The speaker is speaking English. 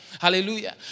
hallelujah